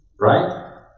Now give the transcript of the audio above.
right